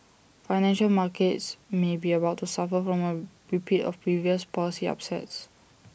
financial markets may be about to suffer from A repeat of previous policy upsets